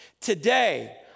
Today